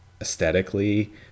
aesthetically